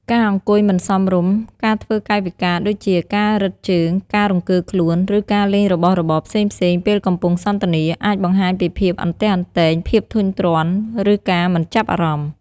ការអង្គុយមិនសមរម្យ ការធ្វើកាយវិការដូចជាការរឹតជើង ការរង្គើខ្លួន ឬការលេងរបស់របរផ្សេងៗពេលកំពុងសន្ទនា អាចបង្ហាញពីភាពអន្ទះអន្ទែង ភាពធុញទ្រាន់ ឬការមិនចាប់អារម្មណ៍។